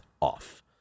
off